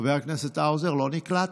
חבר הכנסת האוזר לא נקלט?